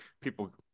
people